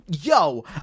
yo